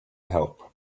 help